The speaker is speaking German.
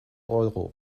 euro